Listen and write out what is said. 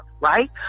right